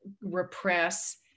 repress